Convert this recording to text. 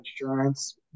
insurance